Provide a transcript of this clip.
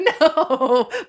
No